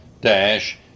dash